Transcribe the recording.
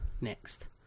next